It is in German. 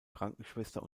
krankenschwester